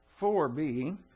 4b